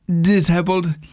disabled